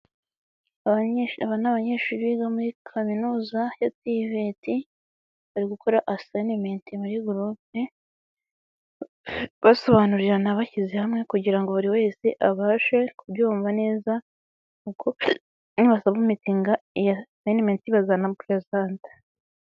Aba ni abanyeshuri biga muri kaminuza ya TVT, bari gukora assignment muri groupe basobanurirana bashyize hamwe kugira ngo buri wese abashe kubyumva neza, nibasabumitinga iyi assignment bazanaperezanta.